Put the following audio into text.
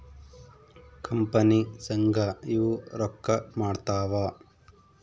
company ಸಂಘ ಇವು ರೊಕ್ಕ ಮಾಡ್ತಾವ